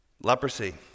Leprosy